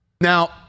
Now